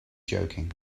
joking